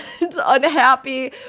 unhappy